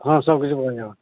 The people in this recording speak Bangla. হাঁ সব কিছু পাওয়া যাবে